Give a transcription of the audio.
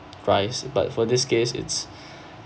rise but for this case it's